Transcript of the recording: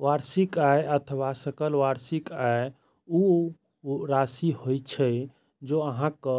वार्षिक आय अथवा सकल वार्षिक आय ऊ राशि होइ छै, जे अहांक